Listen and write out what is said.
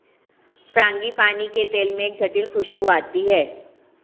frangipani के तेल में एक जटिल खूशबू आती है